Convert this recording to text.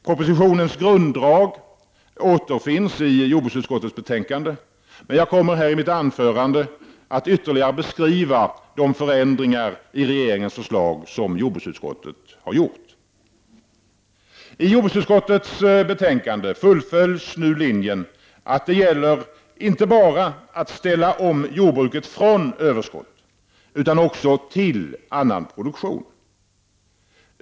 Propositionens grunddrag återfinns i jordbruksutskottets betänkande, men jag kommer i mitt anförande att ytterligare beskriva de förändringar i regeringens förslag som jordbruksutskottet har gjort. I jordbruksutskottets betänkande fullföljs nu den linje som går ut på att det inte bara gäller att ställa om jordbruket från överskott utan även till annan produktion.